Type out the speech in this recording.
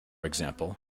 example